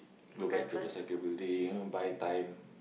go back to the sakae building you know buy time